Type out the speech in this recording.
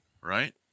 Right